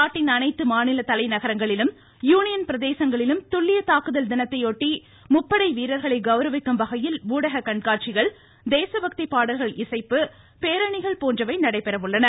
நாட்டின் அனைத்து மாநில தலைநகரங்களிலும் யூனியன் பிரதேசங்களிலும் துல்லிய தாக்குதல் தினத்தையொட்டி முப்படை வீரர்களை கௌரவிக்கும் வகையில் ஊடக கண்காட்சிகள் தேசபக்தி பாடல்கள் இசைப்பு பேரணிகள் போன்றவை நடைபெற உள்ளன